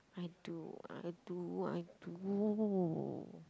I do I do I do